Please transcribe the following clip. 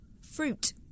fruit